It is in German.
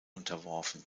unterworfen